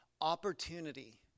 opportunity